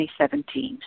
2017